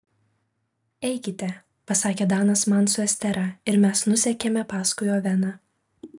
eikite pasakė danas man su estera ir mes nusekėme paskui oveną